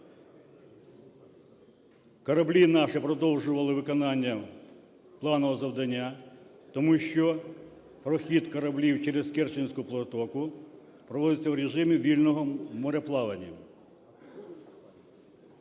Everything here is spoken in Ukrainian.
Кораблі наші продовжували виконання планового завдання, тому що прохід кораблів через Керченську протоку проводиться в режимі вільного мореплавання.